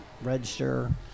register